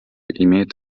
имеет